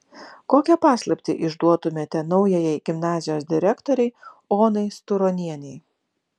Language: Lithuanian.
kokią paslaptį išduotumėte naujajai gimnazijos direktorei onai sturonienei